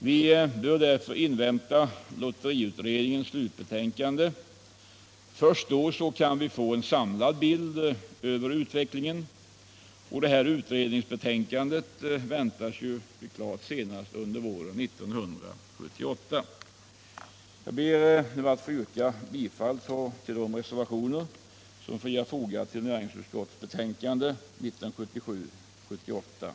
Vi bör invänta lotteriutredningens slutbetänkande. Först då får vi en samlad bild över utvecklingen. Utredningsbetänkandet väntas ju senast under våren 1978. Jag ber att få yrka bifall till de reservationer som fogats till näringsutskottets betänkande.